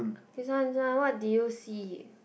this one this one what did you see